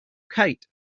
kite